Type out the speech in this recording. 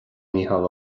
mícheál